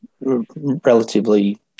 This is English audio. relatively